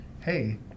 hey